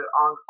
on